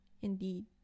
Indeed